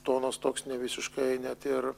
tonas toks nevisiškai net ir